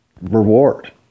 reward